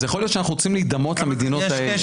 אז יכול להיות שאנחנו רוצים להידמות למדינות האלה.